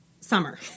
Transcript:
Summer